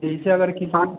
जैसे अगर कि पान